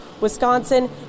Wisconsin